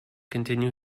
continue